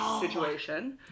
situation